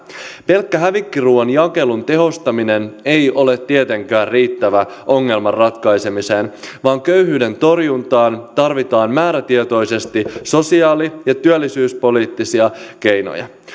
pelkkä hävikkiruuan jakelun tehostaminen ei ole tietenkään riittävä ongelman ratkaisemiseen vaan köyhyyden torjuntaan tarvitaan määrätietoisesti sosiaali ja työllisyyspoliittisia keinoja